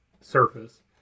surface